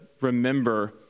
remember